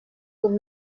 zum